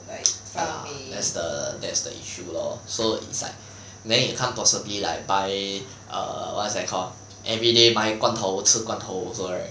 ya that's the that's the issue lor so it's like then you can't possibly like buy err what is that call everyday 买罐头吃罐头 also right